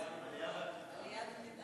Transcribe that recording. העלייה והקליטה.